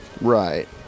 right